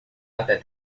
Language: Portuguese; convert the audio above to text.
até